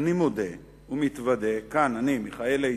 אני מודה ומתוודה כאן, אני, מיכאל איתן,